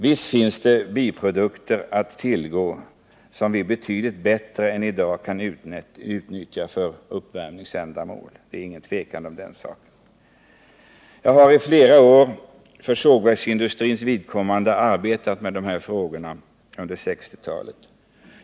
Visst finns det betydligt bättre biprodukter att tillgå än dem som vi i dag kan utnyttja för uppvärmningsändamål; det är inget tvivel om den saken. Jag arbetade i flera år under 1960-talet för sågverksindustrins räkning med de här frågorna.